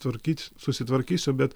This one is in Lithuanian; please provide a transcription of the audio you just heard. tvarkyt susitvarkysiu bet